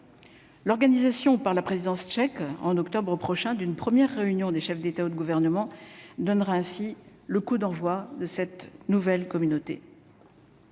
L'organisation par la présidence tchèque en octobre prochain d'une première réunion des chefs d'État ou de gouvernement donnera ainsi le coup d'envoi de cette nouvelle communauté.